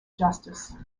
justice